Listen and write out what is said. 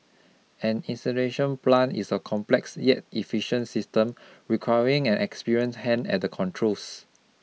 an incineration plant is a complex yet efficient system requiring an experienced hand at the controls